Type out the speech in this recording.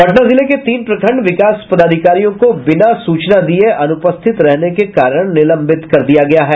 पटना जिले के तीन प्रखंड विकास पदाधिकारियों को बिना सूचना दिये अनुपस्थित रहने के कारण निलंबित किया जायेगा